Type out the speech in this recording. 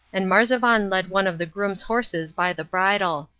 and marzavan led one of the grooms' horses by the bridle.